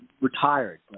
retired